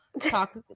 talk